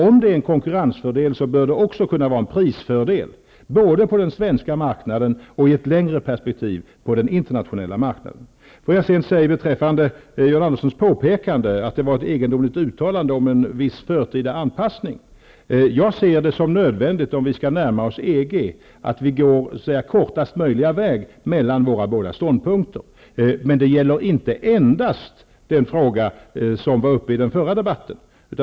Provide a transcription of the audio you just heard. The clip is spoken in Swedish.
Om det är en konkurrensfördel bör det också kunna vara en prisfördel, både på den svenska marknaden och, i ett längre perspektiv, på den internatio nella marknaden. Beträffande John Anderssons påpekande att det var ett egendomligt utta lande om en viss förtida anpassning vill jag säga följande. Jag ser det som nödvändigt att vi går kortaste möjliga väg mellan våra ståndpunkter, om vi skall närma oss EG. Men det gäller inte endast den fråga som var uppe i den förra debatten.